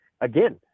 again